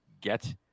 get